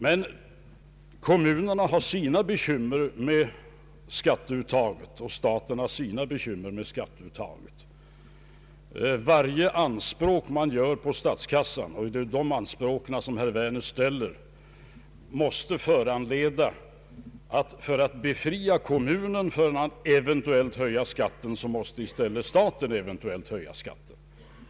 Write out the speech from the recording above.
Men kommunerna har sina bekymmer med skatteuttaget liksom staten har sina. Varje anspråk man har på statskassan — och det är sådana anspråk som herr Werner ställer — måste föranleda att för att befria kommunen från att eventuellt höja skatten så måste i stället staten eventuellt höja skatten.